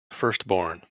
firstborn